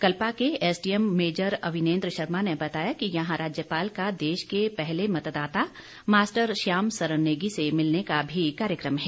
कल्पा के SDM major Avinendra Sharma ने बताया कि यहां राज्यपाल का देश के प्रथम मतदाता मास्टर श्याम सरन नेगी से मिलने का भी कार्यक्रम है